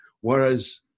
Whereas